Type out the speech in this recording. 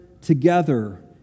together